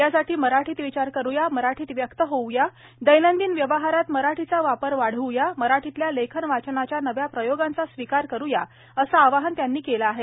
यासाठी मराठीत विचार करूया मराठीत व्यक्त होऊया दैनंदिन व्यवहारात मराठीचा वापर वाढव्या मराठीतल्या लेखन वाचनाच्या नव्या प्रयोगांचा स्वीकार करू या असं आवाहन त्यांनी केलं आहे